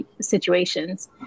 situations